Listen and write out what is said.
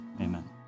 Amen